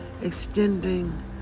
extending